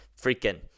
freaking